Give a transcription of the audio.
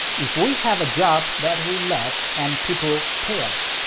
if we have a job that we love and people pay us,